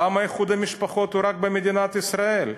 למה איחוד המשפחות הוא רק במדינת ישראל?